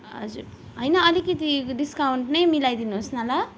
हजुर होइन अलिकति डिस्काउन्ट नै मिलाइदिनुहोस् न ल